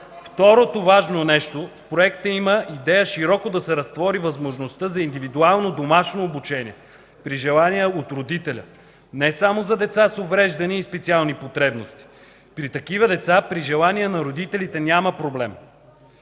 Второто важно нещо, в проекта има идея широко да се разтвори възможността за индивидуално домашно обучение при желание от родителя, не само за деца с увреждания и специални потребности. При такива деца при желание на родителите няма проблем.